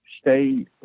stay